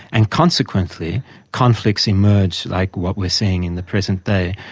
and consequently conflicts emerge like what we're seeing in the present day,